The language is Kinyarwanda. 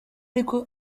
ariko